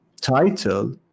title